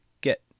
get